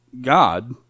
god